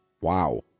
Wow